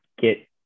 get